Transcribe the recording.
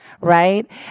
right